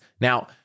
Now